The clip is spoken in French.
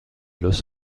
los